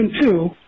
Two